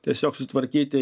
tiesiog sutvarkyti